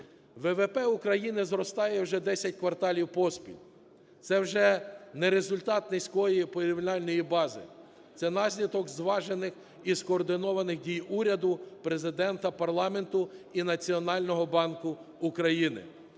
ВВП України зростає вже десять кварталів поспіль. Це вже не результат низької порівняльної бази, це наслідок зважених і скоординованих дій уряду, Президента, парламенту і Національного банку України.